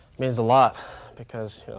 means a lot because